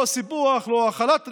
לא סיפוח, לא החלת ריבונות.